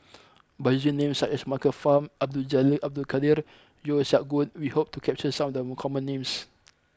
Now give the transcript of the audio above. by using names such as Michael Fam Abdul Jalil Abdul Kadir Yeo Siak Goon we hope to capture some of the common names